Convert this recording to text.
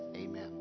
amen